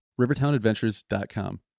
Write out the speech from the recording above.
Rivertownadventures.com